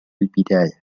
البداية